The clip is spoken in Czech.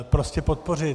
Prostě podpořit.